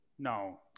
no